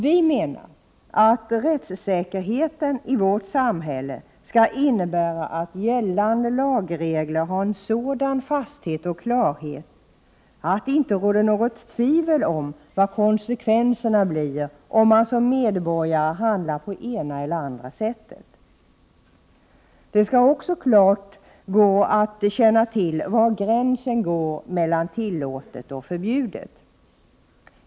Vi menar att rättssäkerheten i vårt samhälle skall innebära att gällande lagregler har en sådan fasthet och klarhet att det inte råder något tvivel om vad konsekvenserna blir om man som medborgare handlar på det ena eller andra sättet. Det skall också klart gå att känna till var gränsen går mellan tillåtet och förbjudet.